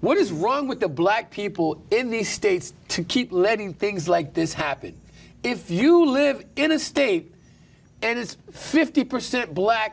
what is wrong with the black people in the states to keep letting things like this happen if you live in a state and it's fifty percent black